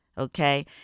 Okay